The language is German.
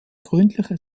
gründliche